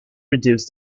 reduce